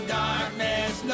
darkness